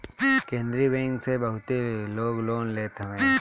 केंद्रीय बैंक से बहुते लोग लोन लेत हवे